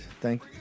thank